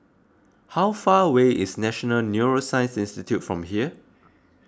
how far away is National Neuroscience Institute from here